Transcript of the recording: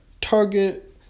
Target